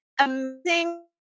amazing